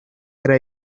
era